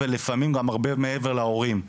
ולפעמים גם הרבה מעבר למורים.